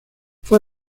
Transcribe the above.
fue